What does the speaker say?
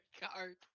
card